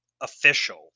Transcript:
official